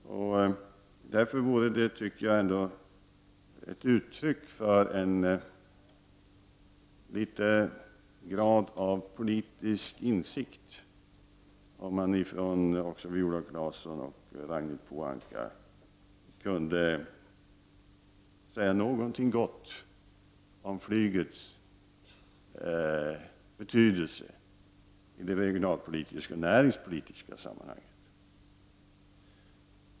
Jag tycker därför att det skulle vara ett uttryck för en viss grad av politisk insikt, om också Viola Claesson och Ragnhild Pohanka kunde säga någonting gott om flygets betydelse i det regionalpolitiska och näringspolitiska sammanhanget.